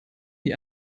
die